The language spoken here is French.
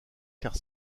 car